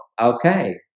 okay